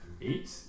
Eight